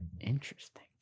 interesting